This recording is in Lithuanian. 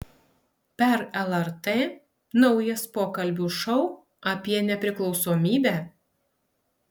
per lrt naujas pokalbių šou apie nepriklausomybę